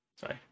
sorry